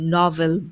novel